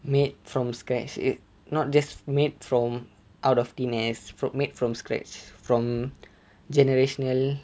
made from scratch it not just made from out of the nest from made from scratch from generational